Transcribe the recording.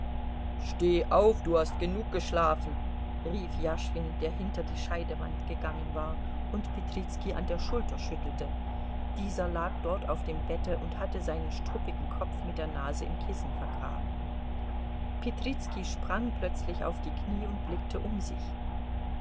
steh auf du hast genug geschlafen rief jaschwin der hinter die scheidewand gegangen war und petrizki an der schulter schüttelte dieser lag dort auf dem bette und hatte seinen struppigen kopf mit der nase im kissen vergraben petrizki sprang plötzlich auf die knie und blickte um sich